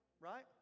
Right